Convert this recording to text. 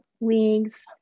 leagues